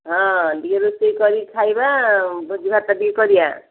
ହଁ ଟିକେ ରୋଷେଇ କରିକି ଖାଇବା ଭୋଜି ଭାତ ଟିକେ କରିବା